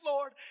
Lord